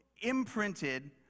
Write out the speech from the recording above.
imprinted